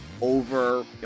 over